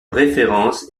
référence